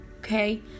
Okay